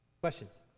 Questions